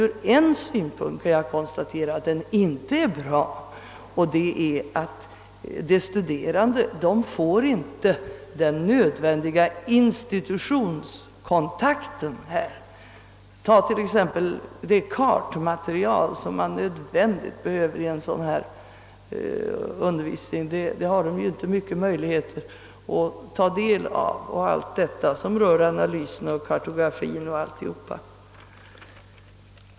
Ur en synpunkt kan jag emellertid konstatera att den inte är bra. De studerande får inte den nödvändiga institutionskontakten. Ta som exempel det kartmaterial som oundgängligen behövs vid en undervisning av detta slag. Man har inte nämnvärda möjligheter att ta del av allt det material som rör analysen, kartografien m.m.